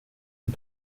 une